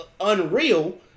unreal